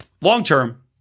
long-term